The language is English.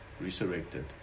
resurrected